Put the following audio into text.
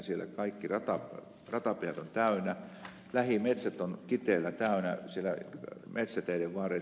siellä kaikki ratapihat ovat täynnä lähimetsät ovat kiteellä täynnä metsäteiden varret